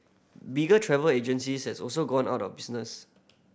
bigger travel agencies has also gone out of business